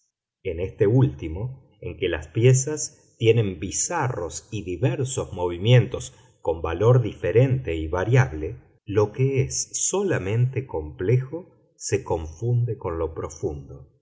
en este último en que las piezas tienen bizarros y diversos movimientos con valor diferente y variable lo que es solamente complejo se confunde con lo profundo